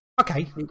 okay